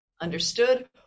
understood